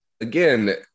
again